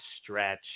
stretch